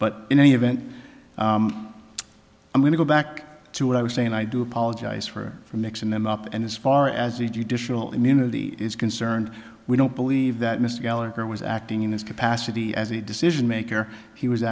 but in any event i'm going to go back to what i was saying i do apologize for for mixing them up and as far as the judicial immunity is concerned we don't believe that mr gallagher was acting in his capacity as a decision maker he was